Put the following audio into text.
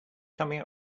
coming